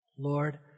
Lord